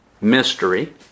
mystery